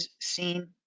seen